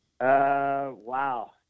wow